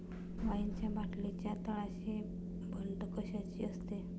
वाईनच्या बाटलीच्या तळाशी बंट कशासाठी असते?